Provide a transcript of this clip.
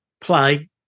play